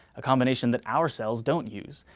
a combination that our cells don't use.